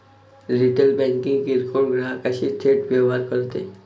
retail banking किरकोळ ग्राहकांशी थेट व्यवहार करते